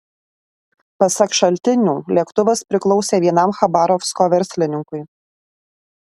pasak šaltinių lėktuvas priklausė vienam chabarovsko verslininkui